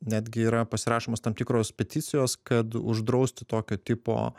netgi yra pasirašomos tam tikros peticijos kad uždrausti tokio tipo